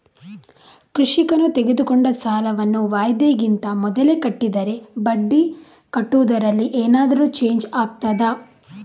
ಕೃಷಿಕನು ತೆಗೆದುಕೊಂಡ ಸಾಲವನ್ನು ವಾಯಿದೆಗಿಂತ ಮೊದಲೇ ಕಟ್ಟಿದರೆ ಬಡ್ಡಿ ಕಟ್ಟುವುದರಲ್ಲಿ ಏನಾದರೂ ಚೇಂಜ್ ಆಗ್ತದಾ?